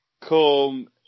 come